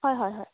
হয় হয় হয়